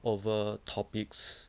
over topics